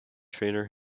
trainer